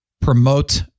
promote